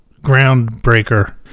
groundbreaker